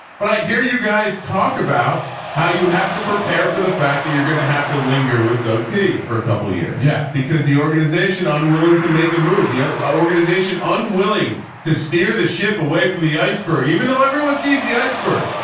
but i hear you guys talk about how you have to prepare for the fact that you're going to have to linger with doug p for a couple of years, yeah because the organization unwilling to make a move the organization, unwilling to steer the ship away from the iceberg. even though everyone sees the iceberg,